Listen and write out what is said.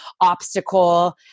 obstacle